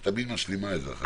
את תמיד משלימה את זה אחר כך.